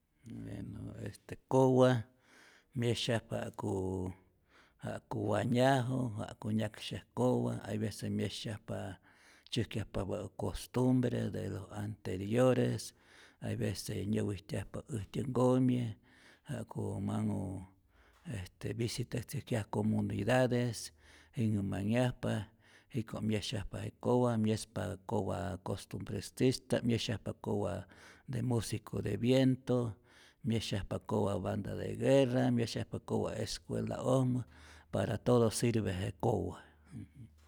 Buenos este kowa myesyajpa ja'kuuu ja'ku wanyaju, ja'ku nyaksyaj kowa, hay vece myesyajpa tzyäjkyajpapä' costumbre de los anteriores, hay vece nyäwijtyajpa'p äjtyä nkomi ja'ku manhu visitatzäjkyaj comunidades, jinhä manhyajpa jiko' myesyajpa je kowa, myespa kowa contumbristista, myesyajpa kowa de musico de viento, myesyajpa kowa banda de guerra. myesyajpa kowa escuela'ojmä, para todo sirve je kowa.